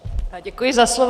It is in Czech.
Děkuji za slovo.